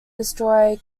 destroy